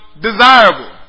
desirable